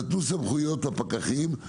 נתנו סמכויות לפקחים,